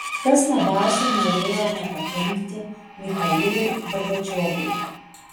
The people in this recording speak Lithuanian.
kas labiausiai norėjo nepakenkti michailui gorbačiovui